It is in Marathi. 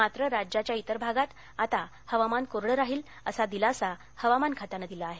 मात्र राज्याच्या इतर भागात आता हवामान कोरडं राहिल असा दिलासा हवामान खात्यानं दिला आहे